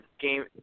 game